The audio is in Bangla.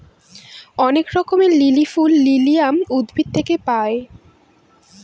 অনেক রঙের লিলি ফুল লিলিয়াম উদ্ভিদ থেকে পায়